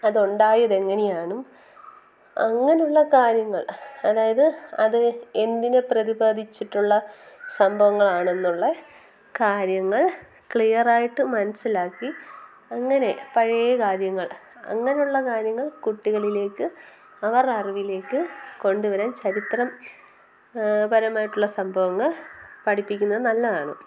അത് ഉണ്ടായത് എങ്ങനെ ആണെന്നും അങ്ങനെയുള്ള കാര്യങ്ങൾ അതായത് അത് എന്തിനെ പ്രതിപാദിച്ചിട്ടുള്ള സംഭവങ്ങൾ ആണെന്നുമുള്ള കാര്യങ്ങൾ ക്ലിയർ ആയിട്ട് മനസ്സിലാക്കി അങ്ങനെ പഴയ കാര്യങ്ങൾ അങ്ങനെയുള്ള കാര്യങ്ങൾ കുട്ടികളിലേക്ക് അവരുടെ അറിവിലേക്ക് കൊണ്ടുവരാൻ ചരിത്രപരമായിട്ടുള്ള സംഭവങ്ങൾ പഠിപ്പിക്കുന്നത് നല്ലതാണ്